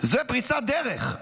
זו פריצת דרך.